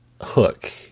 hook